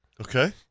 Okay